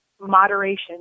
moderation